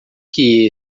que